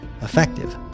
effective